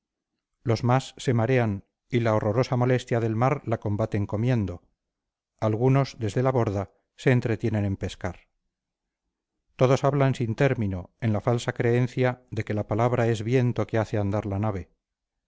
los más se marean y la horrorosa molestia del mar la combaten comiendo algunos desde la borda se entretienen en pescar todos hablan sin término en la falsa creencia de que la palabra es viento que hace andar la nave